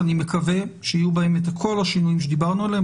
שאני מקווה שיהיו בהם כל השינויים שדיברנו עליהם.